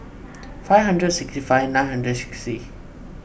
five hundred sixty five nine hundred sixty